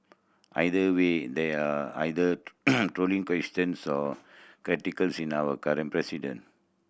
either way there are either trolling questions or in our current president